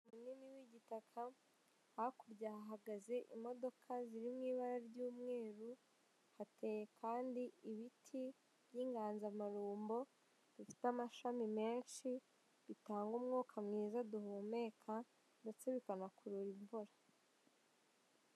Icyumba cy'inama kirimo abayitabiriye bari mu mwambaro usa w'umweruru imipira y'umweru, ameza ariho ibitambaro by'umukara, hariho amazi n'udutabo n'intebe ziri mu ibara ry'umutuku imbere yabo hari porojegiteri, ikimurika kibereka ingingo bari bwigeho cyangwa ibyo bari kwigaho.